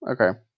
Okay